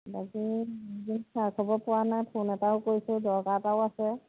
বাকী খা খবৰ পোৱা নাই ফোন এটাও কৰিছোঁ দৰকাৰ এটাও আছে